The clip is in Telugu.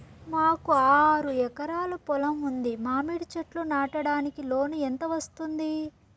మాకు ఆరు ఎకరాలు పొలం ఉంది, మామిడి చెట్లు నాటడానికి లోను ఎంత వస్తుంది?